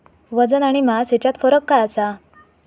वजन आणि मास हेच्यात फरक काय आसा?